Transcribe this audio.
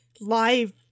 live